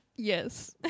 yes